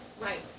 Right